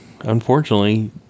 Unfortunately